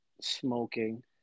smoking